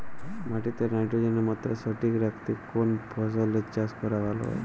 মাটিতে নাইট্রোজেনের মাত্রা সঠিক রাখতে কোন ফসলের চাষ করা ভালো?